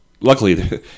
Luckily